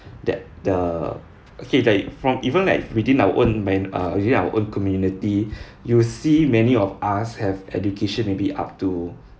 that the okay like from even like within our own men uh within our own community you'll see many of us have education maybe up to